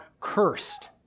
cursed